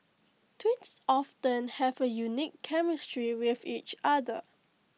twins often have A unique chemistry with each other